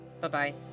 Bye-bye